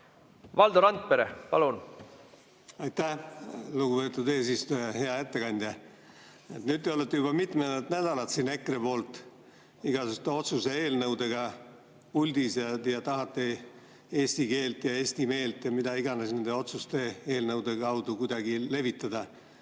Valdo Randpere, palun! Aitäh, lugupeetud eesistuja! Hea ettekandja! Nüüd te olete juba mitmendat nädalat siin EKRE poolt igasuguste otsuse eelnõudega puldis ja tahate eesti keelt ja eesti meelt ja mida iganes nende otsuste eelnõude abil kuidagi levitada.